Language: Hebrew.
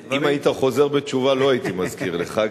אם היית חוזר בתשובה לא הייתי מזכיר לך,